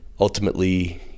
Ultimately